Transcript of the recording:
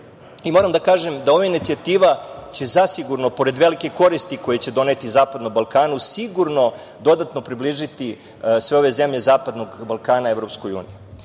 Moram da kažem da će ova inicijativa zasigurno, pored velike koristi koju će doneti zapadnom Balkanu, sigurno dodatno približiti sve ove zemlje Zapadnog Balkana EU.Ovde kada